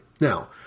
Now